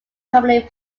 primarily